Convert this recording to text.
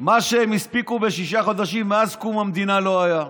מה שהם הספיקו בשישה חודשים מאז קום המדינה לא היה,